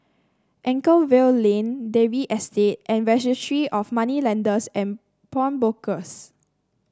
Anchorvale Lane Dalvey Estate and Registry of Moneylenders and Pawnbrokers